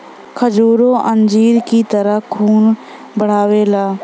खजूरो अंजीर की तरह खून बढ़ावेला